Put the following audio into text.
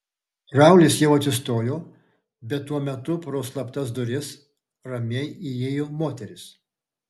raulis jau atsistojo bet tuo metu pro slaptas duris ramiai įėjo moteris